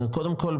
קודם כל,